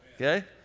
Okay